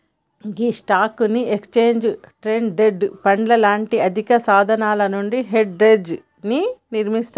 గీ స్టాక్లు, exchange traded పండ్లు లాంటి ఆర్థిక సాధనాలు నుండి హెడ్జ్ ని నిర్మిస్తారు